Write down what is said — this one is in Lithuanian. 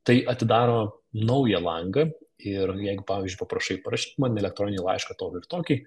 tai atidaro naują langą ir jeigu pavyzdžiui paprašai parašyk man elektroninį laišką tokį ir tokį